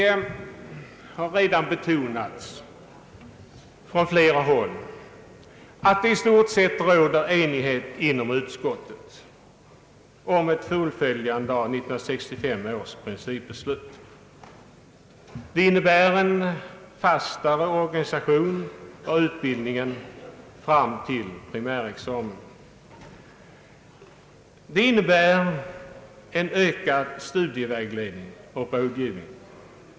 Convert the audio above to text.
Här har redan betonats från flera håll att det i stort sett råder enighet inom utskottet om ett fullföljande av 1965 års principbeslut. Detta innebär en fastare organisation av utbildningen fram till primärexamen, och det innebär också en ökad studievägledning och rådgivning.